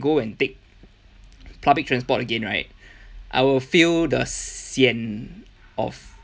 go and take public transport again right I will feel the sian of